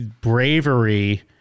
bravery